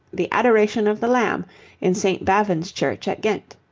the adoration of the lamb in st. bavon's church at ghent.